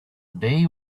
day